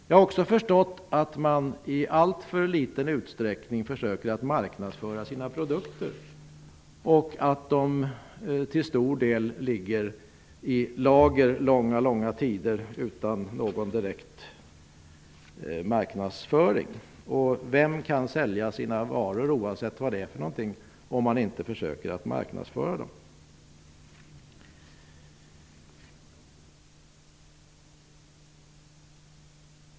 Jag har även förstått att man i alltför liten utsträckning försöker att marknadsföra sina produkter och att de till stor del ligger i lager långa tider utan någon direkt marknadsföring. Vem kan sälja sina varor, oavsett vad det är för någonting, om man inte försöker att marknadsföra dem?